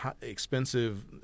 expensive